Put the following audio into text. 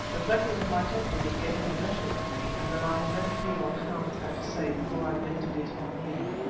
reflecting that my temper was getting the better of me and that i had better hear what hans had to say before i vented it on him.